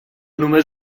només